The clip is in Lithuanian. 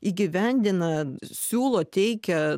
įgyvendina siūlo teikia